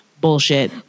bullshit